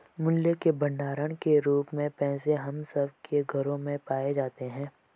मूल्य के भंडार के रूप में पैसे हम सब के घरों में पाए जाते हैं